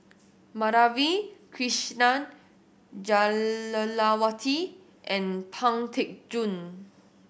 Madhavi Krishnan Jah Lelawati and Pang Teck Joon